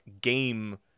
game